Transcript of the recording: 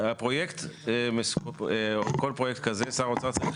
הפרויקט, או כל פרויקט כזה שר האוצר צריך,